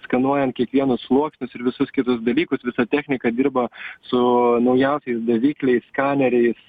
skenuojant kiekvienus sluoksnius ir visus kitus dalykus visa technika dirba su naujausiais davikliais skaneriais